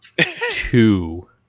Two